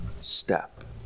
step